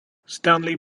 stanley